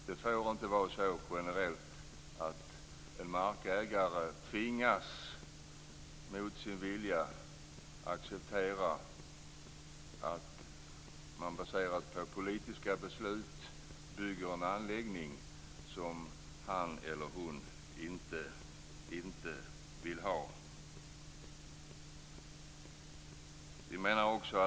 Det får inte generellt vara så att en markägare mot sin vilja tvingas att acceptera att man baserat på politiska beslut bygger en anläggning som han eller hon inte vill ha.